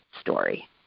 story